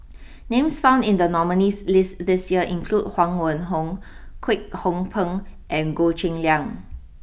names found in the nominees' list this year include Huang Wenhong Kwek Hong Png and Goh Cheng Liang